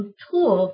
tool